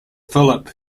philip